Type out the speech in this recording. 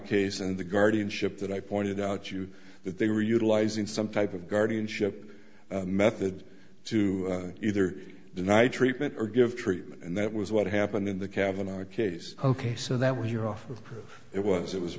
case and the guardianship that i pointed out you that they were utilizing some type of guardianship method to either deny treatment or give treatment and that was what happened in the cavanagh case ok so that was your office it was it was a